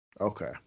Okay